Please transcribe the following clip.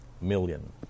million